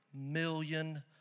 million